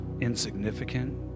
insignificant